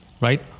right